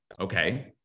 okay